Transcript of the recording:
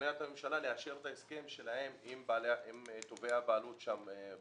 לשכנע את הממשלה לאשר את ההסכם שלהם עם תובעי הבעלות בקרקעות.